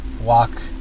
Walk